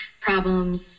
problems